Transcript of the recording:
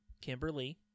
Kimberly